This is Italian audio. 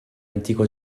antico